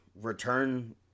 return